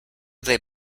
they